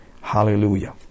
Hallelujah